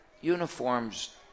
uniforms